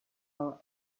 our